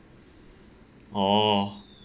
orh